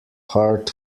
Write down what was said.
hard